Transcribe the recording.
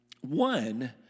One